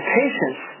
patience